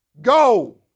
Go